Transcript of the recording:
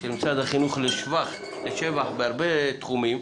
של משרד החינוך לשבח בהרבה תחומים,